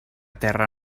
terra